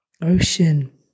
ocean